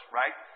right